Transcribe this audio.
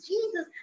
Jesus